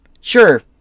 Sure